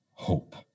Hope